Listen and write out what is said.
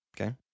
Okay